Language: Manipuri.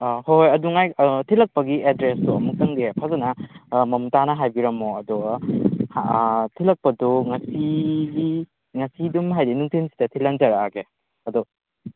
ꯑꯥ ꯍꯣꯏ ꯍꯣꯏ ꯑꯗꯨꯉꯥꯏ ꯊꯤꯂꯛꯄꯒꯤ ꯑꯦꯗ꯭ꯔꯦꯁꯇꯣ ꯑꯃꯨꯛꯇꯪꯗꯤ ꯐꯖꯟꯅ ꯈꯔ ꯃꯃꯨꯠ ꯇꯥꯅ ꯍꯥꯏꯕꯤꯔꯝꯃꯣ ꯑꯗꯨꯒ ꯊꯤꯂꯛꯄꯗꯣ ꯉꯁꯤꯒꯤ ꯉꯁꯤ ꯑꯗꯨꯝ ꯍꯥꯏꯗꯤ ꯅꯨꯡꯊꯤꯜꯁꯤꯗ ꯊꯤꯜꯍꯟꯖꯔꯛꯑꯒꯦ ꯑꯗꯣ